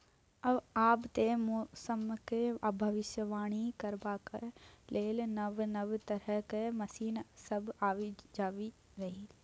आब तए मौसमक भबिसबाणी करबाक लेल नब नब तरहक मशीन सब आबि रहल छै